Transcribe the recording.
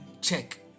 check